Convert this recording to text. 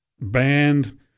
band